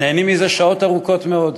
נהנים מזה שעות ארוכות מאוד.